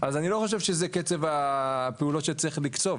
אז אני לא חושב שזה קצב הפעולות שצריך לקצוב.